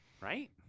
right